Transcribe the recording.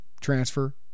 transfer